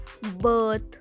birth